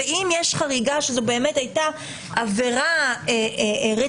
ואם יש חריגה שזו באמת הייתה עבירה רצינית,